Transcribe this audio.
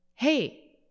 Hey